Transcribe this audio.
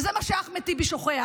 וזה מה שאחמד טיבי שוכח,